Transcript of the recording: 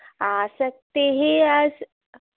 आसक्तिः अस्